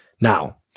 Now